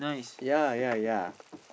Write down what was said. ya ya ya